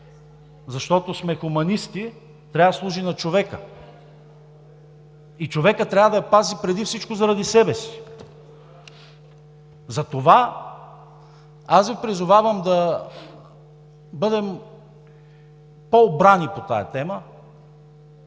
защото сме хуманисти, трябва да служи на човека и човекът трябва да я пази преди всичко заради себе си. Затова аз Ви призовавам да бъдем по-обрани по тази тема,